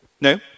No